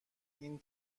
این